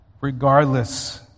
regardless